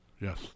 Yes